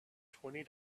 twenty